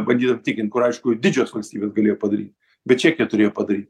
bandydam tikint aišku didžios valstybės galėjo padaryt bet čekija turėjo padaryt